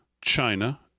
China